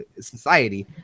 society